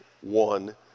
one